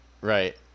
right